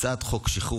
עשרה